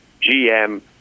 GM